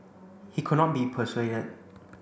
he could not be persuaded